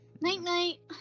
Night-night